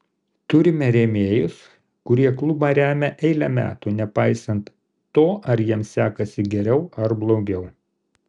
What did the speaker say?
turime rėmėjus kurie klubą remia eilę metų nepaisant to ar jiems sekasi geriau ar blogiau